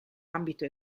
ambito